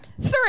Three